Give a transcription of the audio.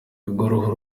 bw’uruhu